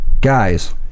Guys